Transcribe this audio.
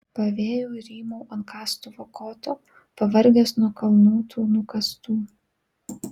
pavėjui rymau ant kastuvo koto pavargęs nuo kalnų tų nukastų